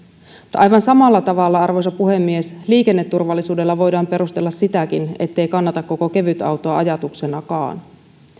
mutta aivan samalla tavalla arvoisa puhemies liikenneturvallisuudella voidaan perustella sitäkin ettei kannata koko kevytautoa ajatuksenakaan